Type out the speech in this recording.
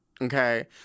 Okay